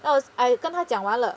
that was I 跟他讲完了